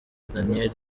daniel